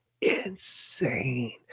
insane